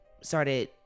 started